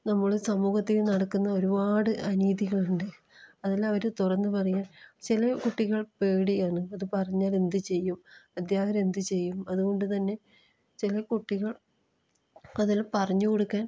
നമ്മുടെ സമൂഹത്തിൽ നടക്കുന്ന ഒരുപാട് അനീതികളുണ്ട് അതിലവർ തുറന്ന് പറയാൻ ചില കുട്ടികൾക്ക് പേടിയാണ് അത് പറഞ്ഞാൽ എന്ത് ചെയ്യും അദ്ധ്യാപകർ എന്ത് ചെയ്യും അതുകൊണ്ട് തന്നെ ചില കുട്ടികൾ അതവർ പറഞ്ഞ് കൊടുക്കാൻ